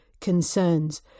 concerns